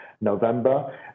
November